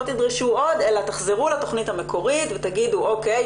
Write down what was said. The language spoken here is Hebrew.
לא תדרשו עוד אלא תחזרו לתכנית המקורית ותגידו 'או.קיי,